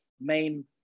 main